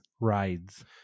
Rides